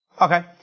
Okay